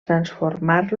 transformar